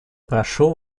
прошу